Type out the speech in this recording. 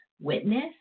witness